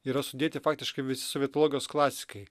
yra sudėti faktiškai visi sovietologijos klasikai